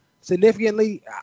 significantly